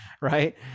Right